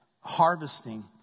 harvesting